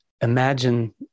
imagine